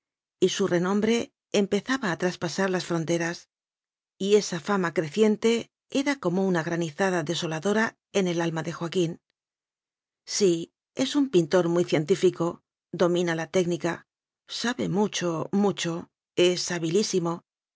y su renombre empezaba a traspasar las fronteras y esa fama creciente era como una granizada desoladora en el alma de joa quín sí es un pintor muy científico do mina la técnica sabe mucho mucho es